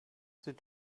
the